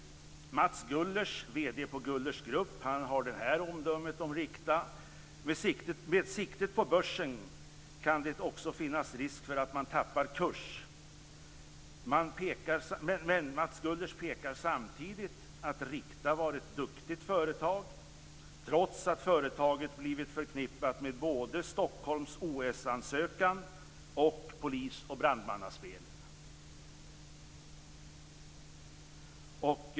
Mats Gullers, vd på Gullers Grupp, har det här omdömet om Rikta: Med siktet på börsen kan det också finnas risk för att man tappar kurs. Mats Gullers pekar samtidigt på att Rikta var ett duktigt företag trots att företaget blivit förknippat med både Stockholms OS-ansökan och polis och brandmannaspelen.